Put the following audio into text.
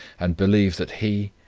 and believe that he,